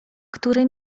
które